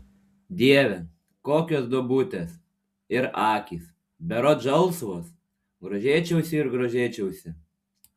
dieve kokios duobutės ir akys berods žalsvos grožėčiausi ir grožėčiausi